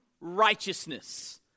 righteousness